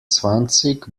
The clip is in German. zwanzig